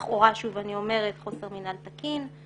לכאורה של חוסר מינהל תקין.